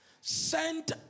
sent